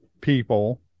people